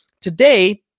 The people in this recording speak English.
today